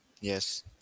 Yes